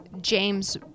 James